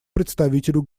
представителю